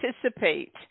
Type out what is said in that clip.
participate